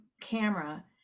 camera